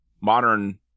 modern